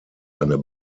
eine